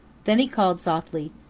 then he called softly,